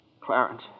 Clarence